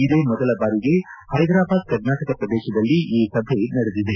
ಇದೇ ಮೊದಲ ಬಾರಿಗೆ ಹೈದರಾಬಾದ್ ಕರ್ನಾಟಕ ಪ್ರದೇಶದಲ್ಲಿ ಈ ಸಭೆ ನಡೆದಿದೆ